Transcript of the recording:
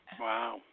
Wow